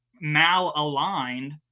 mal-aligned